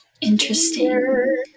Interesting